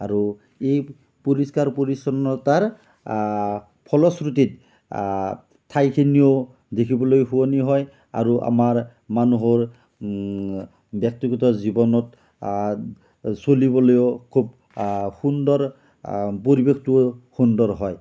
আৰু এই পৰিষ্কাৰৰ পৰিচ্ছন্নতাৰ ফলশ্ৰুতিত ঠাইখিনিও দেখিবলৈ শুৱনি হয় আৰু আমাৰ মানুহৰ ব্যক্তিগত জীৱনত চলিবলৈয়ো খুব সুন্দৰ পৰিৱেশটো সুন্দৰ হয়